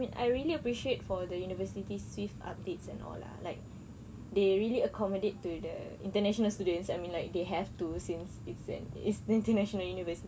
I really appreciate for the university swift updates and all lah like they really accommodate to the international students I mean like they have to since it's an it's international university